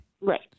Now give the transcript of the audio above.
Right